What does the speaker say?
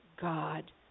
God